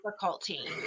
difficulty